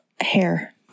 hair